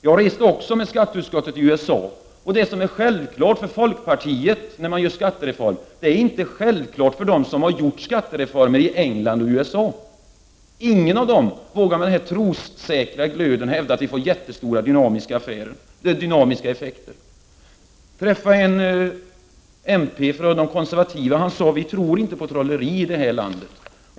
Jag reste också med skatteutskottet i USA, och jag vill påstå att det som för folkpartiet är ett självklart resultat av en skattereform inte är självklart för dem som har gjort skattereformer i England och USA. Ingen av dem vågar med sådan troviss glöd hävda att man får jättestora dynamiska effekter. Jag träffade en parlamentsledamot för de konservativa, och han sade: Vi tror inte på trolleri här i landet.